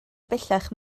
bellach